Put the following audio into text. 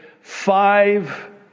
five